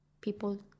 People